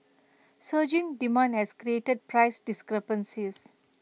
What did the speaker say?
surging demand has created price discrepancies